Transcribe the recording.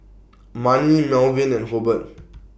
Manie Malvin and Hobert